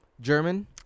German